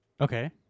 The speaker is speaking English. okay